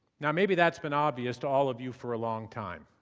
now maybe that's been obvious to all of you for a long time,